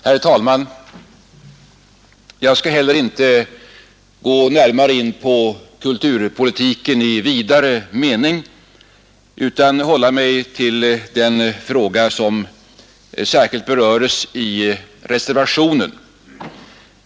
Herr talman! Jag skall heller inte gå närmare in på kulturpolitiken i vidare mening utan hålla mig till den fråga som särskilt berörs i reservationen.